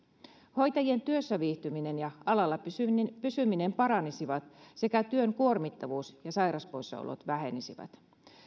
hoitajien työssäviihtyminen ja alalla pysyminen pysyminen paranisivat sekä työn kuormittavuus ja sairauspoissaolot vähenisivät